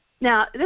Now